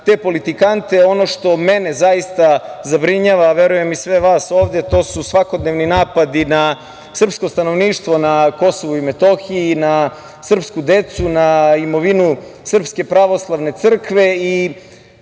te politikante. Ono što mene zaista zabrinjava, a verujem i sve vas ovde, to su svakodnevni napadi na srpsko stanovništvo na Kosovu i Metohiji, na srpsku decu, na imovinu SPC. Smatram da